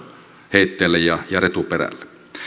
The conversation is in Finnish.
heitteille ja retuperälle